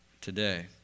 today